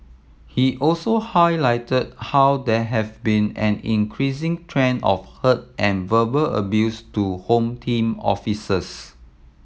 he also highlighted how there have been an increasing trend of hurt and verbal abuse to Home Team officers